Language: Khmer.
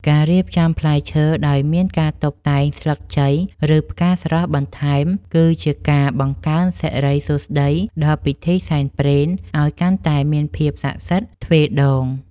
ការរៀបចំផ្លែឈើដោយមានការតុបតែងស្លឹកជ័យឬផ្កាស្រស់បន្ថែមគឺជាការបង្កើនសិរីសួស្តីដល់ពិធីសែនព្រេនឱ្យកាន់តែមានភាពស័ក្តិសិទ្ធិទ្វេដង។